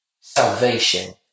salvation